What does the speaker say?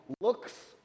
looks